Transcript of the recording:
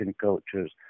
cultures